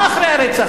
מה אחרי הרצח?